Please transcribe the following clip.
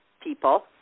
people